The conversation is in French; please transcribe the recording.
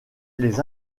les